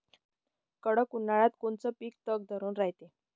कडक उन्हाळ्यात कोनचं पिकं तग धरून रायते?